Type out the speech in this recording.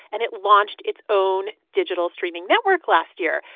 and it launched its own digital streaming network last year.